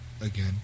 again